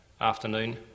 afternoon